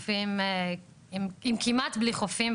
עם כמעט בלי חופים,